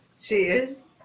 Cheers